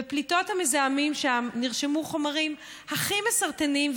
בפליטות המזהמים שם נרשמו החומרים הכי מסרטנים,